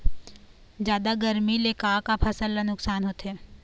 जादा गरमी ले का का फसल ला नुकसान होथे?